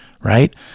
right